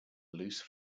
loose